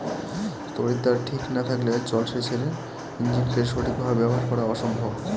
তড়িৎদ্বার ঠিক না থাকলে জল সেচের ইণ্জিনকে সঠিক ভাবে ব্যবহার করা অসম্ভব